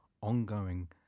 ongoing